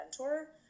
mentor